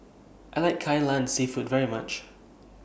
I like Kai Lan Seafood very much